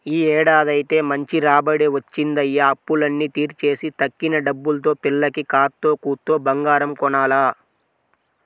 యీ ఏడాదైతే మంచి రాబడే వచ్చిందయ్య, అప్పులన్నీ తీర్చేసి తక్కిన డబ్బుల్తో పిల్లకి కాత్తో కూత్తో బంగారం కొనాల